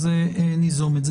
אז ניזום את זה.